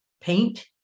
paint